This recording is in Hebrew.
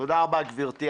תודה רבה, גברתי.